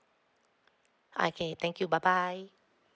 okay thank you bye bye